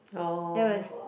orh